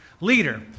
leader